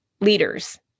leaders